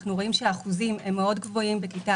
אנחנו רואים שהאחוזים גבוהים מאוד בכיתה